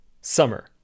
Summer